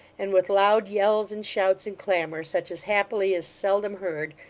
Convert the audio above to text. and with loud yells, and shouts, and clamour, such as happily is seldom heard,